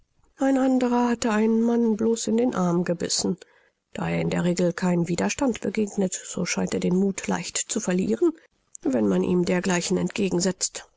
ein anderer hatte einen mann bloß in den arm gebissen da er in der regel keinen widerstand begegnet so scheint er den muth leicht zu verlieren wenn man ihm dergleichen entgegensetzt